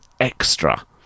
extra